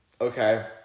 Okay